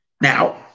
Now